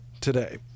today